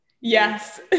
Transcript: Yes